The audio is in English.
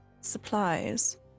supplies